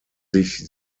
sich